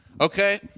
Okay